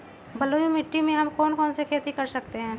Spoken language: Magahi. बलुई मिट्टी में हम कौन कौन सी खेती कर सकते हैँ?